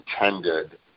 intended